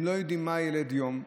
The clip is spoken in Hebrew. הם לא יודעים מה ילד יום,